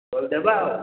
କରିଦେବା ଆଉ